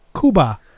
Cuba